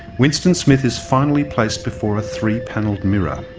winston smith is finally placed before a three-panelled mirror,